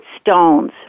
stones